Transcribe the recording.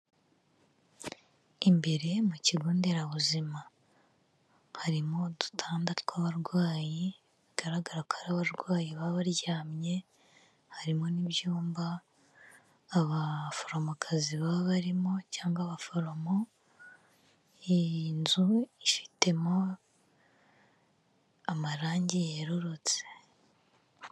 Imbere mu kigo nderabuzima harimo udutanda tw'abarwayi bigaragara ko ari abarwayi baba baryamye harimo n'ibyumba abaforomokazi baba barimo cyangwa abaforomo iyi nzu ifitemo amarange yerurutse.